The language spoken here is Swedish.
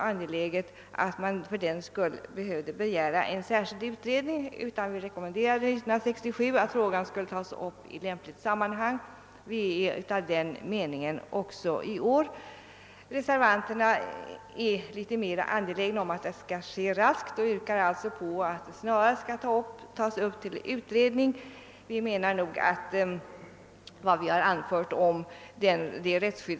Detta borde, ansåg vi, utgöra ett skäl för att frågan i lämpligt sammanhang utreds. Vi ansåg den dock inte så angelägen att en särskild utredning behövde begäras. Vi är av samma mening i år.